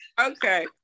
Okay